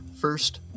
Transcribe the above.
first